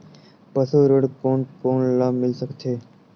पशु ऋण कोन कोन ल मिल सकथे?